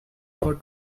for